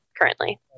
currently